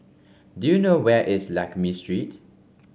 do you know where is Lakme Street